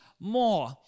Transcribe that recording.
more